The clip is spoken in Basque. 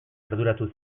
arduratu